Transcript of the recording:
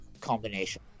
combination